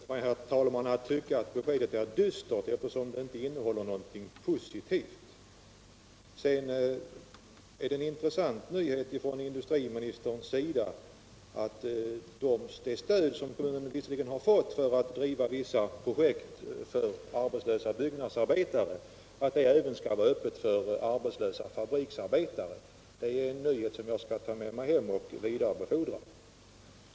Jag tillåter mig, herr talman, att tycka att beskedet är dystert, eftersom det inte innehåller något positivt. Men det är en intressant nyhet från industriministern att det stöd som kommunen fått till vissa projekt för byggnadsarbetare även skulle vara öppet för arbetslösa fabriksarbetare. Det är en tveksam nyhet som jag skall ta med mig hem och vidarebefordra.